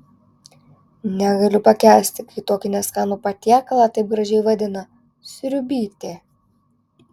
negaliu pakęsti kai tokį neskanų patiekalą taip gražiai vadina sriubytė